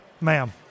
Ma'am